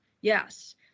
Yes